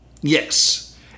Yes